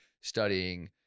studying